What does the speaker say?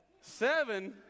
Seven